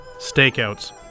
stakeouts